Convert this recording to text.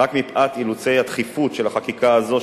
רק מפאת אילוצי הדחיפות של החקיקה הזו,